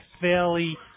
fairly